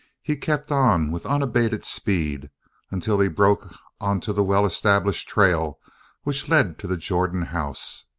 he kept on with unabated speed until he broke onto the well-established trail which led to the jordan house.